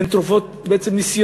הן בעצם תרופות ניסיוניות,